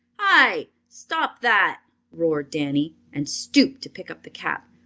hi! stop that! roared danny, and stooped to pick up the cap.